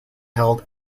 held